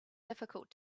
difficult